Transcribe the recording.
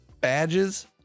badges